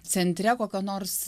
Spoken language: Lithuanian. centre kokio nors